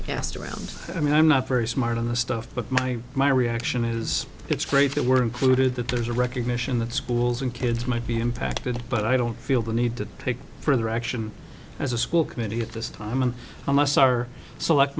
asked around i mean i'm not very smart on the stuff but my my reaction is it's great that were included that there's a recognition that schools and kids might be impacted but i don't feel the need to take further action as a school committee at this time and i must our select